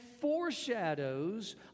foreshadows